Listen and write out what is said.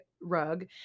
rug